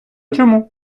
чому